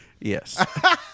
Yes